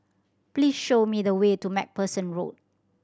please show me the way to Macpherson Road